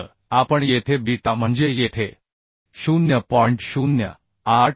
तर आपण येथे बीटा म्हणजे येथे 0